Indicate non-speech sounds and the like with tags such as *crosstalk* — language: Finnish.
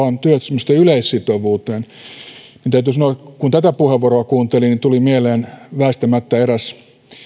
*unintelligible* on työehtosopimusten yleissitovuuteen niin täytyy sanoa että kun tätä puheenvuoroa kuuntelin tuli mieleen väistämättä eräs